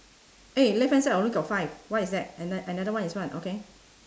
eh left hand side only got five why is that an~ another is what okay